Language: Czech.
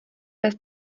pes